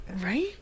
Right